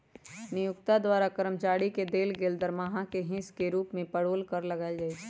नियोक्ता द्वारा कर्मचारी के देल गेल दरमाहा के हिस के रूप में पेरोल कर लगायल जाइ छइ